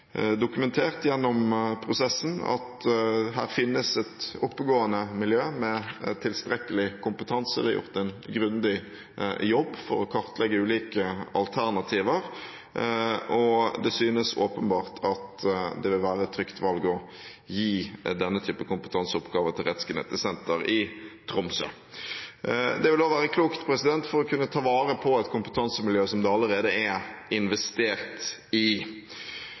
dokumentert gjennom prosessen at her finnes det et oppegående miljø med tilstrekkelig kompetanse. Det er gjort en grundig jobb for å kartlegge ulike alternativer, og det synes åpenbart at det vil være et trygt valg å gi denne typen kompetanseoppgaver til Rettsgenetisk senter i Tromsø. Det vil være klokt for å ta vare på et kompetansemiljø som det allerede er investert i.